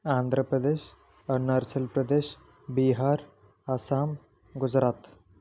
Andhra Pradesh Arunachal Pradesh Bihar Assam Gujarat